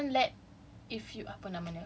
like they don't let if uh